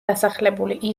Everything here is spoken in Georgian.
დასახლებული